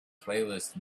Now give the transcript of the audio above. playlist